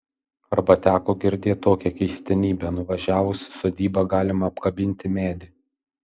arba teko girdėt tokią keistenybę nuvažiavus į sodybą galima apkabinti medį